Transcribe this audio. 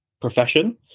profession